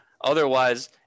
otherwise